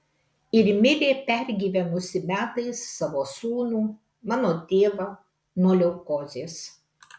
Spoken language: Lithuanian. ir mirė pergyvenusi metais savo sūnų mano tėvą nuo leukozės